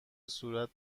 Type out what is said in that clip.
صورت